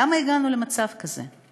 למה הגענו למצב כזה?